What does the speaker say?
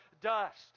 dust